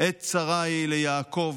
"עת צרה היא ליעקב